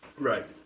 Right